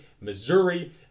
Missouri